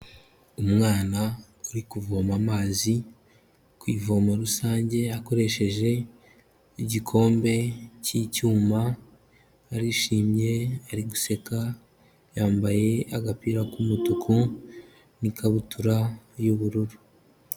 Umwana uri kuvoma amazi ku ivomo rusange akoresheje igikombe cy'icyuma, arishimye, ariguseka, yambaye agapira k'umutuku n'ikabutura y'ubururu.